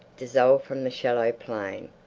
dissolved from the shallow plain,